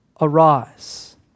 Arise